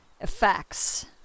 effects